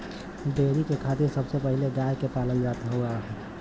dairy के खातिर सबसे पहिले गाय के पालल जात रहल